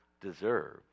deserve